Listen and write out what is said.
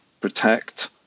protect